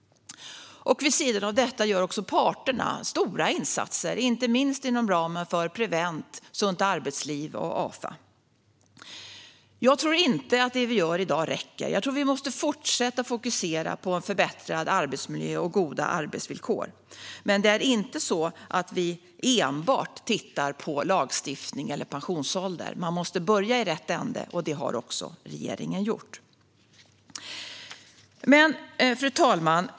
Vid sidan av detta gör också parterna stora insatser, inte minst inom ramen för Prevent, Suntarbetsliv och Afa. Jag tror inte att det vi gör i dag räcker. Jag tror att vi måste fortsätta att fokusera på en förbättrad arbetsmiljö och goda arbetsvillkor. Men det är inte så att vi enbart tittar på lagstiftning eller pensionsålder. Man måste börja i rätt ände, och det har också regeringen gjort. Fru talman!